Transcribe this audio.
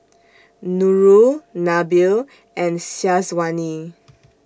Nurul Nabil and Syazwani